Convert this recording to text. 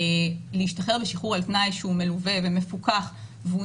להשתחרר לשחרור על תנאי שהוא מלווה ומפוקח והוא